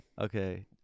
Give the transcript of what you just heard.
Okay